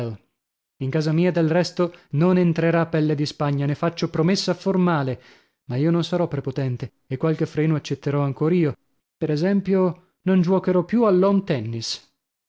in casa mia del resto non entrerà pelle di spagna ne faccio promessa formale ma io non sarò prepotente e qualche freno accetterò ancor io per esempio non giuocherò più al lawn tennis